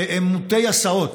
שהם מוטי הסעות.